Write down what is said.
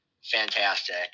Fantastic